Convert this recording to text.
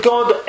God